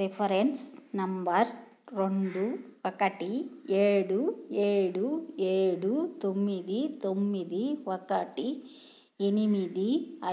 reference number రెండు ఒకటి ఏడు ఏడు ఏడు తొమ్మిది తొమ్మిది ఒకటి ఎనిమిది